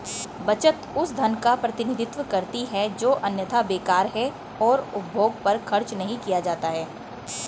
बचत उस धन का प्रतिनिधित्व करती है जो अन्यथा बेकार है और उपभोग पर खर्च नहीं किया जाता है